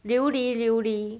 琉璃琉璃